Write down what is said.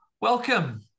Welcome